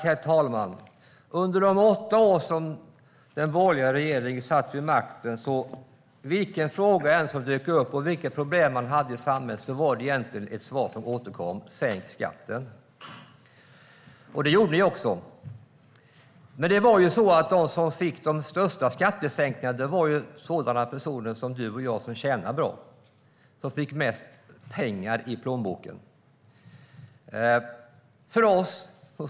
Herr talman! Under de åtta år som den borgerliga regeringen satt vid makten, vilken fråga som än dök upp och vilka problem som än fanns i samhället, var det ett svar som återkom, nämligen att sänka skatten. Det gjorde ni också. De som fick de största skattesänkningarna var sådana som Fredrik Christensson och jag som tjänar bra. De fick mest pengar i plånboken.